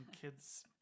kids